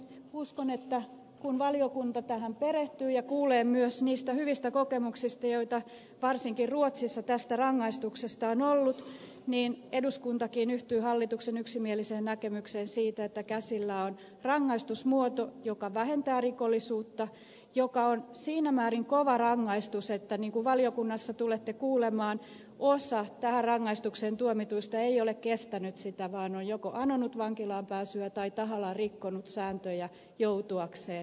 uskon että kun valiokunta tähän perehtyy ja kuulee myös niistä hyvistä kokemuksista joita varsinkin ruotsissa tästä rangaistuksesta on ollut niin eduskuntakin yhtyy hallituksen yksimieliseen näkemykseen siitä että käsillä on rangaistusmuoto joka vähentää rikollisuutta joka on siinä määrin kova rangaistus että niin kuin valiokunnassa tulette kuulemaan osa tähän rangaistukseen tuomituista ei ole kestänyt sitä vaan on joko anonut vankilaan pääsyä tai tahallaan rikkonut sääntöjä joutuakseen vankilaan